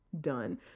done